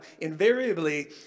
invariably